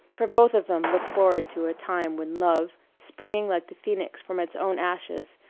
for both of them looked forward to a time when love, springing like the phoenix from its own ashes,